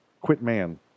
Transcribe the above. Quitman